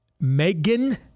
Megan